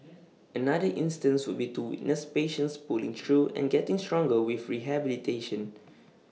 another instance would be to witness patients pulling through and getting stronger with rehabilitation